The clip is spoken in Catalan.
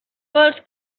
vols